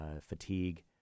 fatigue